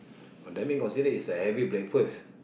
oh that mean considered it's the heavy breakfast